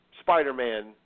Spider-Man